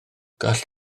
gall